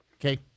Okay